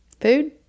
food